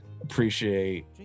appreciate